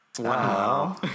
Wow